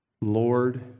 Lord